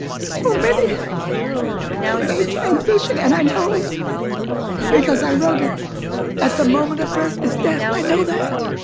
so many have made transition, and i know because i wrote it at the moment of birth is death. i know that.